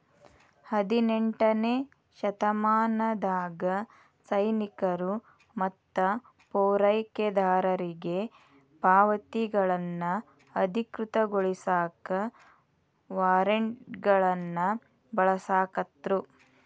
ಹದಿನೆಂಟನೇ ಶತಮಾನದಾಗ ಸೈನಿಕರು ಮತ್ತ ಪೂರೈಕೆದಾರರಿಗಿ ಪಾವತಿಗಳನ್ನ ಅಧಿಕೃತಗೊಳಸಾಕ ವಾರ್ರೆಂಟ್ಗಳನ್ನ ಬಳಸಾಕತ್ರು